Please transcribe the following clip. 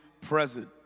present